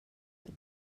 but